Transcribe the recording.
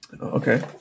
Okay